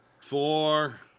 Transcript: Four